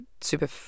super